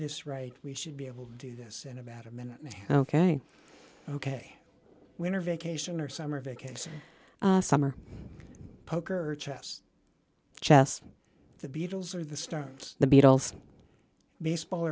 this right we should be able to do this in about a minute ok ok winter vacation or summer vacation summer poker or chess chess the beatles or the start the beatles baseball